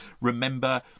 remember